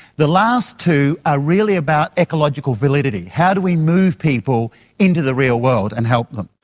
the last two are really about ecological validity. how do we move people into the real world and help them?